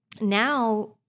now